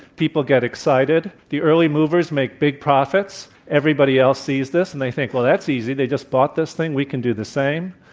people get excited. the early movers make big profits. everybody else sees this and they think well that's easy. they just bought this thing. we can do the same.